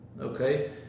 okay